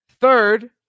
third